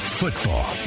football